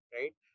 right